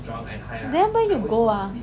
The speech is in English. then where you go ah